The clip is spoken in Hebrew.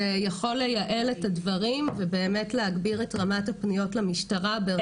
יכול לייעל את הדברים ובאמת להגביר את רמת הפניות למשטרה.